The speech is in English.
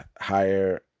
higher